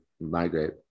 migrate